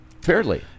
fairly